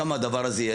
שם הדבר הזה יהיה.